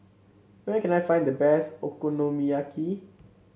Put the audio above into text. where can I find the best Okonomiyaki